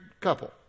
couple